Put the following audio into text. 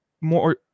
more